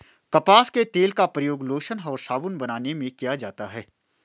कपास के तेल का प्रयोग लोशन और साबुन बनाने में किया जाता है